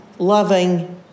loving